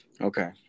Okay